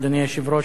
אדוני היושב-ראש,